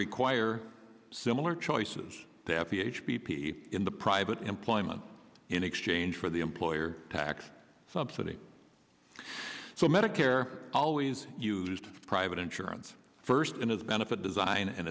require similar choices they have ph b p in the private employment in exchange for the employer tax subsidy so medicare always used private insurance first in his benefit design and